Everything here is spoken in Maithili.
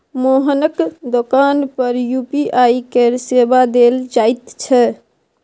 मोहनक दोकान पर यू.पी.आई केर सेवा देल जाइत छै